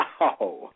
Wow